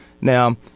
Now